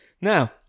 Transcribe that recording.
Now